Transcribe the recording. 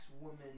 Woman